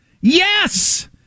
Yes